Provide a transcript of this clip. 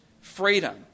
freedom